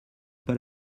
pas